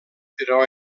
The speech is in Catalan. però